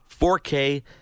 4K